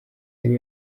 yari